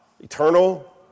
Eternal